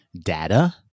data